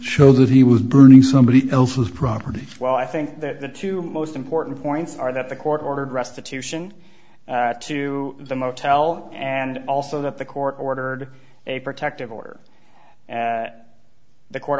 show that he was burning somebody else's property well i think that the two most important points are that the court ordered restitution to the motel and also that the court ordered a protective order at the court